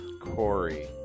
Corey